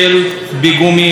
מה מונע ממנו?